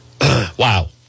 wow